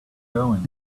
going